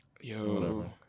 Yo